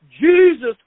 Jesus